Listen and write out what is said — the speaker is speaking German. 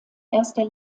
erster